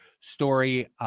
story